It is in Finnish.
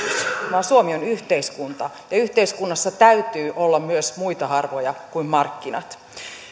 vaan suomi on yhteiskunta ja yhteiskunnassa täytyy olla myös muita arvoja kuin markkinat